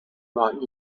not